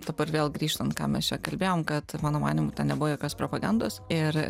dabar vėl grįžtant ką mes čia kalbėjom kad mano manymu ten nebuvo jokios propagandos ir